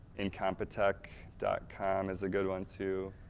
incompetech dot com is a good one too.